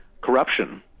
corruption